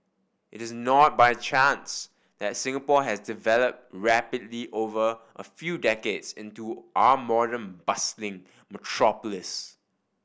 it is not by chance that Singapore has developed rapidly over a few decades into our modern bustling metropolis